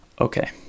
Okay